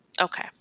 okay